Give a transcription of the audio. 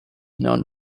known